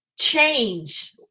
change